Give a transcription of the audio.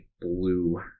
blue